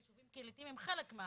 מושבים ויישובים קהילתיים הם חלק.